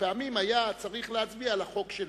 שפעמים היה צריך להצביע על החוק שלו.